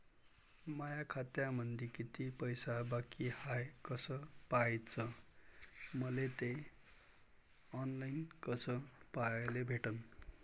माया खात्यामंधी किती पैसा बाकी हाय कस पाह्याच, मले थे ऑनलाईन कस पाह्याले भेटन?